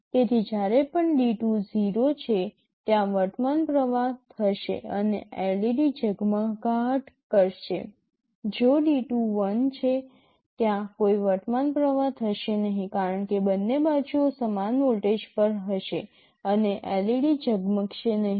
તેથી જ્યારે પણ D2 0 છે ત્યાં વર્તમાન પ્રવાહ થશે અને LED ઝગમગાટ કરશે જો D2 1 છે ત્યાં કોઈ વર્તમાન પ્રવાહ થશે નહીં કારણ કે બંને બાજુઓ સમાન વોલ્ટેજ પર હશે અને LED ઝગમશે નહીં